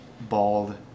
bald